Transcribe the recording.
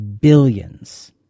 billions